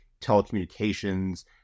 telecommunications